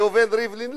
ראובן ריבלין,